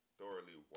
thoroughly